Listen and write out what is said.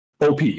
op